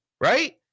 right